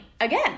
again